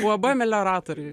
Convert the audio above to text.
uab melioratoriai